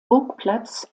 burgplatz